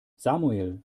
samuel